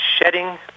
Shedding